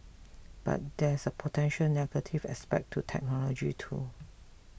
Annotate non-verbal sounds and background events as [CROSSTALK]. [NOISE] but there's a potentially negative aspect to technology too